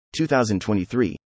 2023